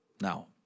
Now